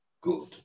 good